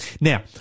Now